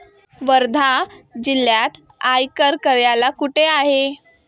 वर्धा जिल्ह्यात आयकर कार्यालय कुठे आहे?